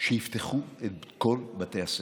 שיפתחו את כל בתי הספר,